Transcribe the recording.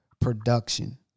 production